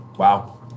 Wow